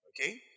Okay